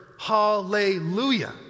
Hallelujah